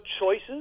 choices